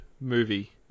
movie